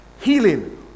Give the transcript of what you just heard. healing